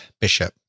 Bishop